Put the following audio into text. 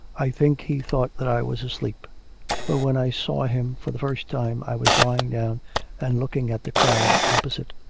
i think he thought that i was asleep for when i saw him for the first time i was lying down and looking at the crag opposite.